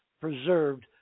preserved